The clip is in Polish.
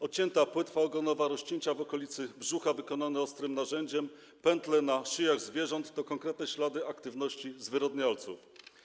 Odcięta płetwa ogonowa, rozcięcia w okolicy brzucha wykonane ostrym narzędziem, pętle na szyjach zwierząt to konkretne ślady aktywności zwyrodnialców.